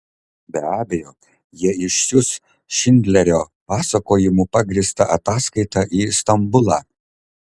be abejo jie išsiųs šindlerio pasakojimu pagrįstą ataskaitą į stambulą